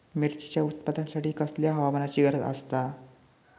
मिरचीच्या उत्पादनासाठी कसल्या हवामानाची गरज आसता?